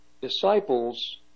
disciples